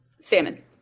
salmon